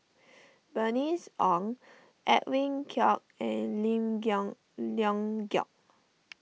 Bernice Ong Edwin Koek and Lim Leong Geok